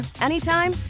anytime